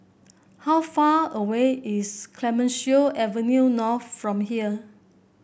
how far away is Clemenceau Avenue North from here